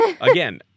again